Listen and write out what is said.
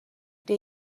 they